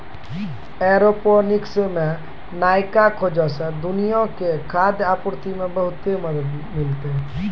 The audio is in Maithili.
एयरोपोनिक्स मे नयका खोजो से दुनिया के खाद्य आपूर्ति मे बहुते मदत मिलतै